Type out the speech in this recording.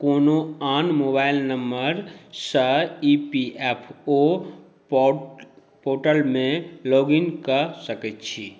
कोनो आन मोबाइल नंबरसँ ई पी एफ ओ पोर्टलमे लॉग इन कऽ सकैत छी